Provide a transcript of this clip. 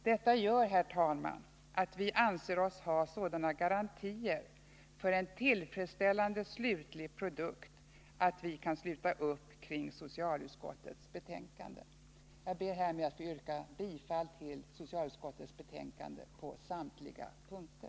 Detta gör, herr talman, att vi anser oss ha sådana garantier för en tillfredsställande slutlig produkt att vi kan sluta upp kring socialutskottets betänkande. Herr talman! Jag ber härmed att få yrka bifall till socialutskottets hemställan på samtliga punkter.